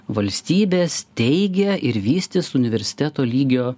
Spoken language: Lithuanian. valstybė steigia ir vystys universiteto lygio